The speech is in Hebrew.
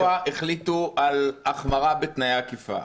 השבוע החליטו על החמרה בתנאי האכיפה,